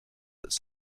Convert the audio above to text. its